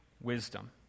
wisdom